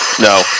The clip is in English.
No